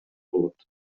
болот